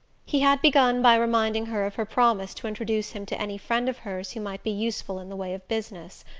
he had begun by reminding her of her promise to introduce him to any friend of hers who might be useful in the way of business.